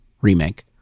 Remake